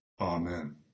Amen